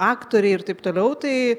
aktoriai ir taip toliau tai